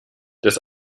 des